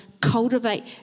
cultivate